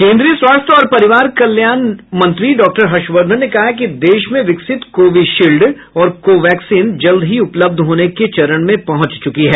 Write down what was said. केन्द्रीय स्वास्थ्य और परिवार कल्याण मंत्री डॉक्टर हर्षवर्धन ने कहा है कि देश में विकसित कोविशील्ड और कोवैक्सीन जल्द ही उपलब्ध होने के चरण में पहुंच चुकी है